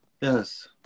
yes